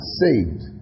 saved